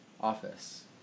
office